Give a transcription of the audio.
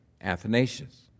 Athanasius